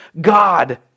God